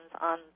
on